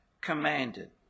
commanded